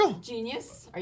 Genius